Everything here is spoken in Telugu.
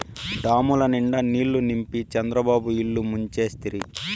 డాముల నిండా నీళ్ళు నింపి చంద్రబాబు ఇల్లు ముంచేస్తిరి